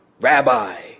rabbi